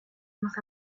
más